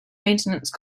maintenance